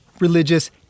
Religious